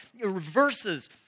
reverses